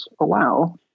allow